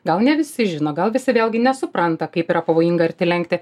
gal ne visi žino gal visi vėlgi nesupranta kaip yra pavojinga arti lenkti